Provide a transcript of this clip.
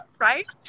Right